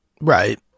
right